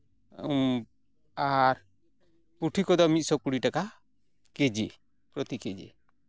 ᱟᱨ ᱯᱩᱴᱷᱤ ᱠᱚᱫᱚ ᱢᱤᱫ ᱥᱚ ᱠᱩᱲᱤ ᱴᱟᱠᱟ ᱠᱮᱡᱤ ᱯᱨᱚᱛᱤ ᱠᱮᱡᱤ